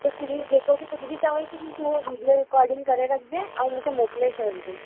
त पुलिस जेको बि कुझु बि चवई थी त तूं हूअ वीडियो रिकॉडिंग करे रखजंइ ऐं मूंखे मोकिले छ्ॾजंइ